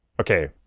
okay